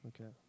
Okay